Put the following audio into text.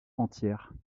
entières